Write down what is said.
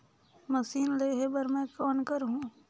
Machine लेहे बर मै कौन करहूं?